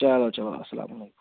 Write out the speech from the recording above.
چَلو چَلو اَسلامُ عَلیکُم